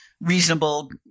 reasonable